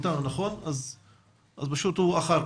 כן,